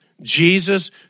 Jesus